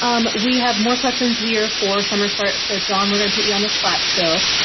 um we have more questions here for summer start. so john, we're going to put you on the spot still.